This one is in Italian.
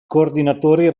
coordinatori